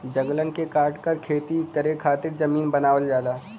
जंगलन के काटकर खेती करे खातिर जमीन बनावल जाला